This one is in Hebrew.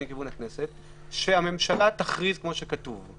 שהממשלה תכריז כמו שכתוב.